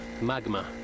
magma